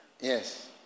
Yes